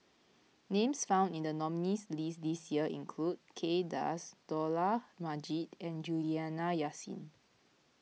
names found in the nominees' list this year include Kay Das Dollah Majid and Juliana Yasin